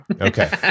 Okay